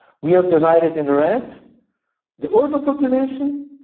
we have divided in red the urban population,